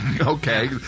Okay